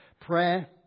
prayer